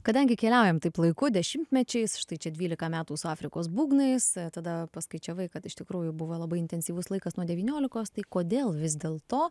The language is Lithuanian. kadangi keliaujam taip laiku dešimtmečiais štai čia dvylika metų su afrikos būgnais tada paskaičiavai kad iš tikrųjų buvo labai intensyvus laikas nuo devyniolikos tai kodėl vis dėl to